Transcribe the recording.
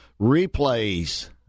Replays